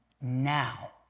now